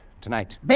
tonight